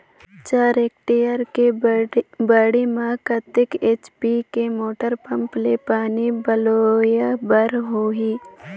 चार हेक्टेयर के बाड़ी म कतेक एच.पी के मोटर पम्म ले पानी पलोय बर होही?